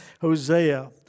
Hosea